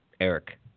Eric